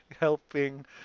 helping